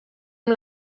amb